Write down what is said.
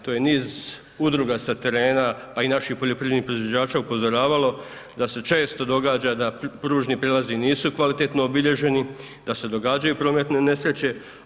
To je niz udruga sa terena pa i naših poljoprivrednih proizvođača upozoravalo da se često događa da pružni prijelazi nisu kvalitetno obilježeni, da se događaju prometne nesreće.